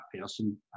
person